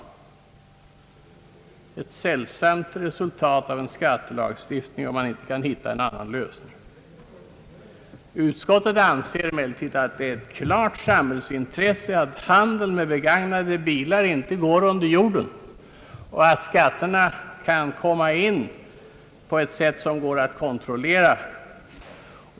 Det vore ett sällsamt resultat av en skattelagstiftning, om man inte kan hitta en annan lösning. Utskottet anser emellertid att det är ett klart samhällsintresse att handeln med begagnade bilar inte går under jorden och att skatterna kan komma in på ett sätt som går att kontrollera.